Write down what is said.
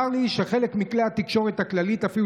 צר לי שחלק מכלי התקשורת הכללית אפילו